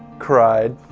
cried